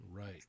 Right